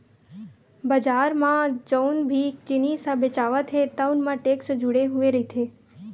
बजार म जउन भी जिनिस ह बेचावत हे तउन म टेक्स जुड़े हुए रहिथे